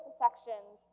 sections